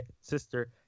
Sister